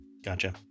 Gotcha